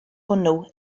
hwnnw